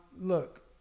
look